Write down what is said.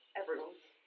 everyone's